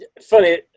funny